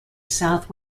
south